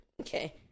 okay